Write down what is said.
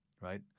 right